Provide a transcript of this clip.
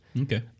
okay